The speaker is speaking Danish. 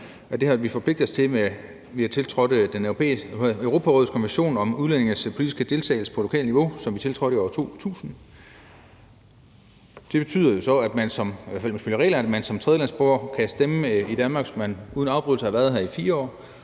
Det har vi forpligtet os til, ved at vi har tiltrådt Europarådets konvention om udlændinges politiske deltagelse på lokalt niveau. Vi tiltrådte den i år 2000. Det betyder i hvert fald ifølge reglerne, at man som tredjelandsborger kan stemme i Danmark, hvis man uden afbrydelser har været her i 4 år.